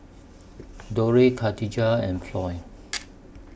Dorthey Khadijah and Floy